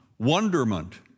wonderment